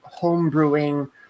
homebrewing